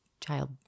child